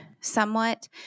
somewhat